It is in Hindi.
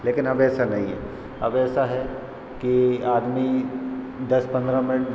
लेकिन अब ऐसा नहीं है अब ऐसा है कि आदमी दस पंद्रह मिन्ट